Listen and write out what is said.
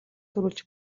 төрүүлж